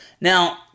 Now